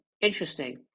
interesting